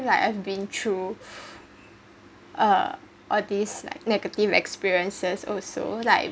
feel like I’ve been through uh all these like negative experiences also like